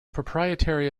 proprietary